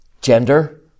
gender